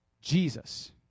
Jesus